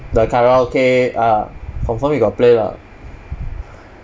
the karaoke ah confirm you got play lah